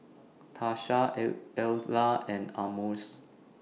Tasha Ella and Almus